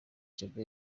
djihad